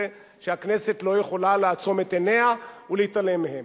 שהכנסת לא יכולה לעצום את עיניה ולהתעלם ממנה,